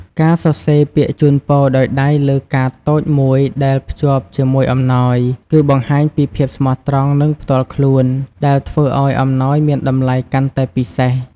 ការសរសេរពាក្យជូនពរដោយដៃលើកាតតូចមួយដែលភ្ជាប់ជាមួយអំណោយ គឺបង្ហាញពីភាពស្មោះត្រង់ និងផ្ទាល់ខ្លួន ដែលធ្វើឲ្យអំណោយមានតម្លៃកាន់តែពិសេស។